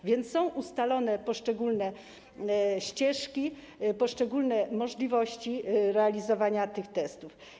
A więc są ustalone poszczególne ścieżki, poszczególne możliwości realizowania tych testów.